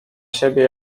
siebie